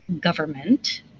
government